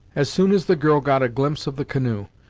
as soon as the girl got a glimpse of the canoe,